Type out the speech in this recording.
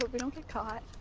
we don't get caught.